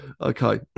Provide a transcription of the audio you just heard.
Okay